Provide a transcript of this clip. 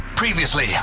Previously